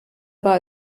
war